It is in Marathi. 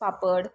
पापड